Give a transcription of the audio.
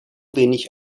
wenig